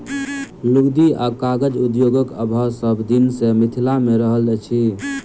लुगदी आ कागज उद्योगक अभाव सभ दिन सॅ मिथिला मे रहल अछि